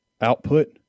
output